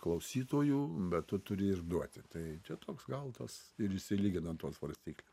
klausytojų bet tu turi ir duoti tai čia toks gal tas ir išsilygina ant tos svarstyklių